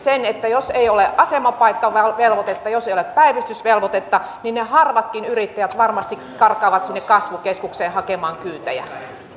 että jos ei ole asemapaikkavelvoitetta jos ei ole päivystysvelvoitetta niin ne harvatkin yrittäjät varmasti karkaavat sinne kasvukeskukseen hakemaan kyytejä